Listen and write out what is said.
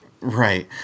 Right